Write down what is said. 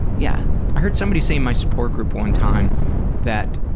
yeah. i heard somebody say in my support group one time that,